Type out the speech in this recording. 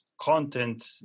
content